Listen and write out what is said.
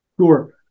Sure